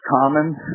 common